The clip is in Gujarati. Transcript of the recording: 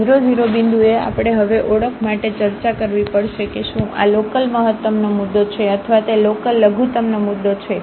આ 0 0 બિંદુએ આપણે હવે ઓળખ માટે ચર્ચા કરવી પડશે કે શું આ લોકલમહત્તમનો મુદ્દો છે અથવા તે લોકલલઘુત્તમનો મુદ્દો છે